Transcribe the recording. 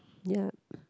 yup